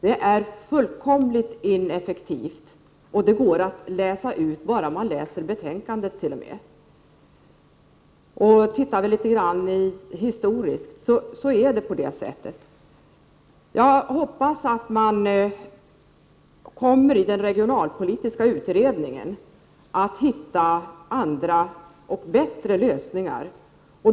Det är nämligen fullkomligt ineffektivt, och detta kan man läsa i betänkandet t.o.m. Om vi ser historiskt på saken så skall vi finna att det är på det sättet. Jag hoppas att man i den regionalpolitiska utredningen kommer att finna andra och bättre lösningar.